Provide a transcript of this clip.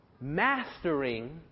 mastering